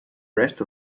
rest